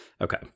Okay